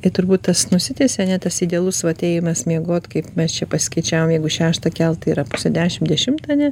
tai turbūt tas nusitęsia ane tas idealus vat ėjimas miegot kaip mes čia pasiskaičiavom jeigu šeštą kelt tai yra pusę dešim dešimtą ane